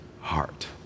heart